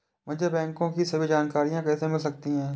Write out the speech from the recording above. मुझे बैंकों की सभी जानकारियाँ कैसे मिल सकती हैं?